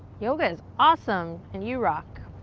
yoga is awesome and you rock.